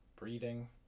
breathing